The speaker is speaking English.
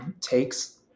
takes